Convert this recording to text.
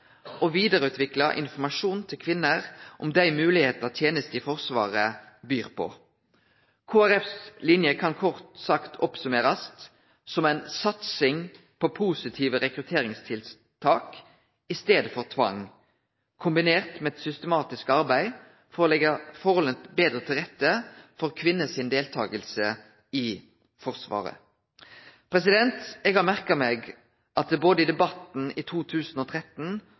og vidareutvikle informasjonen til kvinner om dei moglegheitene teneste i Forsvaret byr på. Kristeleg Folkepartis linje kan kort sagt summerast opp som ei satsing på positive rekrutteringstiltak i staden for tvang, kombinert med eit systematisk arbeid for å leggje forholda betre til rette for kvinners deltaking i Forsvaret. Eg har merka meg at det både i debatten i 2013